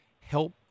help